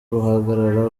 ruhagarara